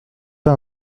pas